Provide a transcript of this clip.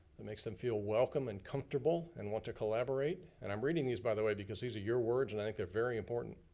it makes them feel welcome and comfortable, and want to collaborate. and i'm reading these, by the way, because these are your words and i think they're very important.